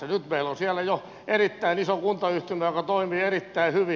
nyt meillä on siellä jo erittäin iso kuntayhtymä joka toimii erittäin hyvin